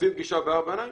רוצים פגישה בארבע עיניים?